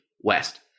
west